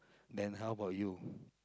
then how about you